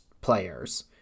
players